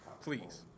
Please